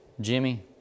Jimmy